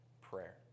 prayer